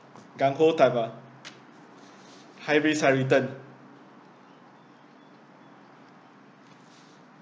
gungho type ah high risk high return